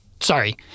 Sorry